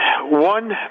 one